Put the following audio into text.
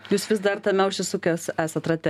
jūs vis dar tame užsisukęs esat rate